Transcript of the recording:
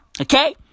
okay